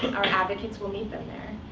our advocates will meet them there.